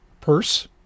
purse